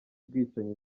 ubwicanyi